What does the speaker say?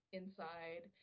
inside